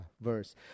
verse